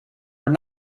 were